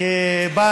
שבא